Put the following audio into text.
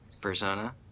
Persona